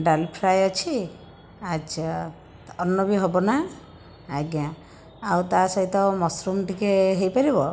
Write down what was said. ଡାଲ fry ଅଛି ଆଚ୍ଛା ଅର୍ଣ୍ଣ ବି ହେବ ନା ଆଜ୍ଞା ଆଉ ତା ସହିତ ମସୃମ ଟିକେ ହେଇପାରିବ